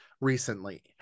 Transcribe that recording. recently